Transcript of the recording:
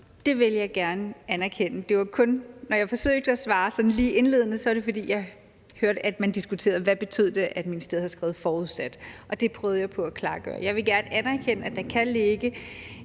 Det vil jeg gerne anerkende. Når jeg forsøgte at svare sådan lige indledende, var det, fordi jeg hørte, at man diskuterede, hvad det betød, at ministeriet havde skrevet »forudsat«, og det prøvede jeg på at klargøre. Jeg vil gerne anerkende, at der kan være